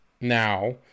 now